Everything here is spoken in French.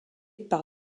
par